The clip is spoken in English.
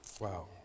Wow